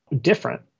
different